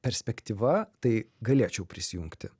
perspektyva tai galėčiau prisijungti